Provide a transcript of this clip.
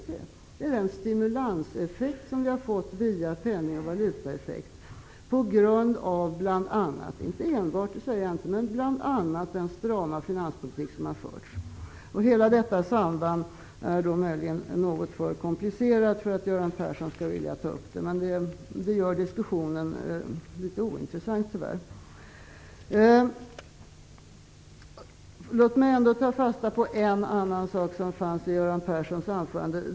Det är den stimulanseffekt som vi har fått via penning och valutaeffekt, på grund av bl.a. -- inte enbart -- den strama finanspolitik som har förts. Hela detta samband är möjligen något för komplicerat för att Göran Persson skall vilja ta upp det. Det gör tyvärr diskussionen litet ointressant. Låt mig ta fasta på en annan sak i Göran Perssons anförande.